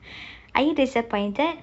are you disappointed